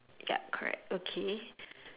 yup correct okay